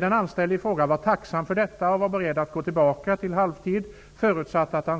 Den anställde i fråga var tacksam för detta och var beredd att återgå till halvtidstjänstgöring